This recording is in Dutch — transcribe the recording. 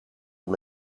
hem